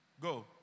Go